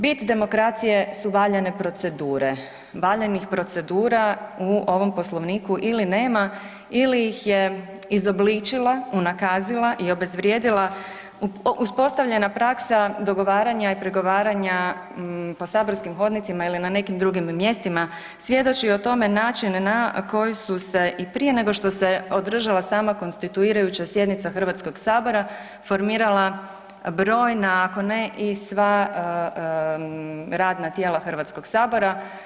Bit demokracije su valjane procedure, valjanih procedura u ovom Poslovniku ili nema ili ih je izobličila, unakazila i obvezvrijedila uspostavljena praksa dogovaranja i pregovaranja po saborskim hodnicima ili na nekim drugim mjestima svjedoči o tome način na koji su se i prije nego što se održala sama konstituirajuća sjednica Hrvatskog sabora formirala brojna ako ne i sva radna tijela Hrvatskog sabora.